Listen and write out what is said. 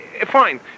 Fine